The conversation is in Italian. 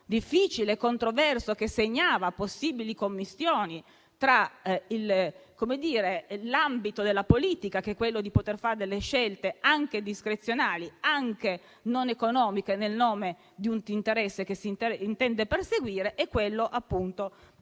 difficile e controverso, che segnava possibili commistioni tra l'ambito della politica, che è quello di poter fare delle scelte anche discrezionali e non economiche nel nome di un interesse che si intende perseguire, e quello della